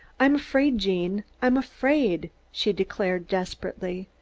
i'm afraid, gene, i'm afraid, she declared desperately.